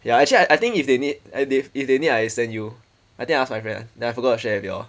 ya actually I I think if they need and if if they need I send you I think I ask my friend then I forgot to share with you all